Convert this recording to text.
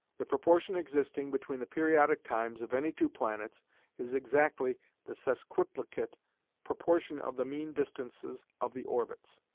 the proportion existing between the periodic times of any two planets is exactly the sesquiplicate proportion of the mean distances of the orbits,